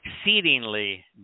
exceedingly